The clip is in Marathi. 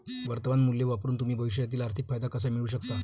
वर्तमान मूल्य वापरून तुम्ही भविष्यातील आर्थिक फायदा कसा मिळवू शकता?